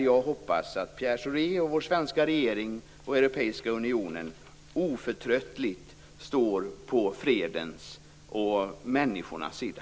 Jag hoppas att Pierre Schori, vår svenska regering och Europeiska unionen oförtröttligt står på fredens och människornas sida.